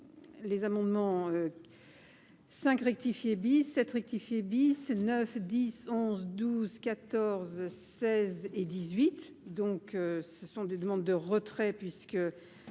les amendements 5 rectifier bis 7 rectifié bis, 9 10 11 12 14 16 et 18, donc ce sont des demandes de retrait puisque